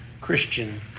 Christian